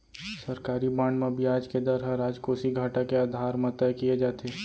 सरकारी बांड म बियाज के दर ह राजकोसीय घाटा के आधार म तय किये जाथे